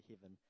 heaven